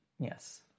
yes